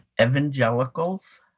evangelicals